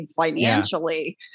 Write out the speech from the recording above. financially